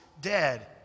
dead